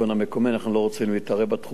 אנחנו לא רוצים להתערב בתחומים האלה.